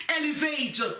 elevate